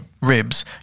ribs